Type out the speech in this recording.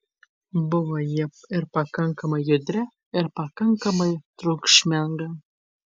buvo ji ir pakankamai judri ir pakankamai triukšminga